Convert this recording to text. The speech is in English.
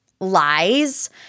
lies